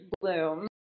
Bloom